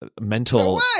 mental